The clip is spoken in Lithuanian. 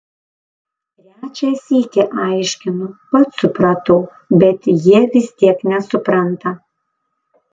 trečią sykį aiškinu pats supratau bet jie vis tiek nesupranta